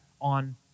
on